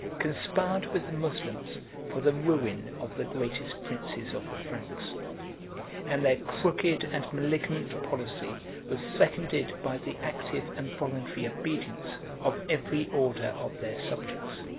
conspired with the moslems for the ruin of the greatest princes of the franks and their crooked and malignant policy was seconded by the active and voluntary obedience of every order of their subjects.